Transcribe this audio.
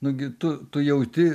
nugi tu tu jauti